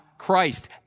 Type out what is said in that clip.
Christ